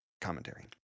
commentary